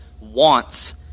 wants